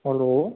hello